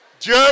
Dieu